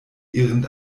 ihren